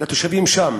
לתושבים שם.